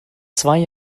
zwei